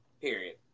Period